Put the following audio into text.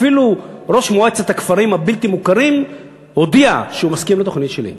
אפילו ראש מועצת הכפרים הבלתי-מוכרים הודיע שהוא מסכים לתוכנית שלי.